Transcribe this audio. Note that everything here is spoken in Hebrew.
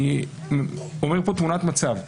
אני אומר פה תמונת מצב.